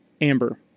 Amber